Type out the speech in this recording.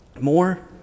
More